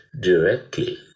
directly